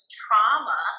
trauma